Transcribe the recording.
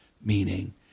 Meaning